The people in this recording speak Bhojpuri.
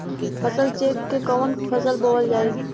फसल चेकं से कवन फसल बोवल जाई?